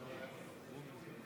חילופים)